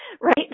Right